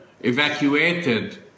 evacuated